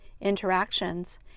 interactions